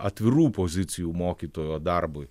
atvirų pozicijų mokytojo darbui